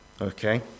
Okay